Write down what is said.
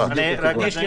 רק אוסיף,